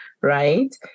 right